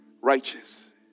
righteous